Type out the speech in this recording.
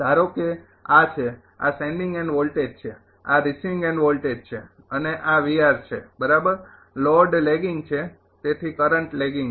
ધારો કે આ છે આ સેંડિંગ એન્ડ વોલ્ટેજ છે આ રિસીવિંગ એન્ડ વોલ્ટેજ છે અને આ છે બરાબર અને લોડ લેગિંગ છે તેથી કરંટ લેગિંગ છે